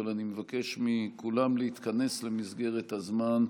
אבל אני מבקש מכולם להתכנס למסגרת הזמן,